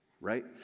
Right